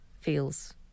feels